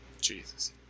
Jesus